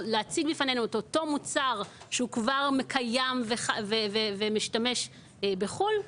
ולהציג בפנינו את אותו המוצר שכבר קיים ומשומש בחו"ל,